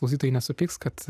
klausytojai nesupyks kad